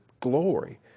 glory